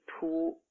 two